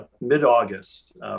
mid-August